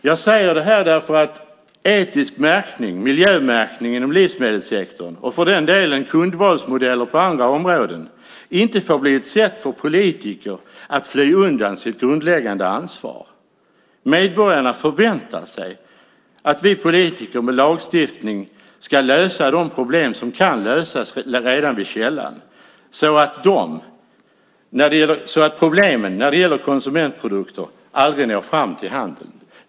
Jag säger det här därför att etisk miljömärkning inom livsmedelssektorn, och för den delen kundvalsmodellen på andra områden, inte får bli ett sätt för politiker att fly undan sitt grundläggande ansvar. Medborgarna förväntar sig att vi politiker med lagstiftning ska lösa de problem som kan lösas redan vid källan så att problemen när det gäller konsumentprodukter aldrig når fram till handeln.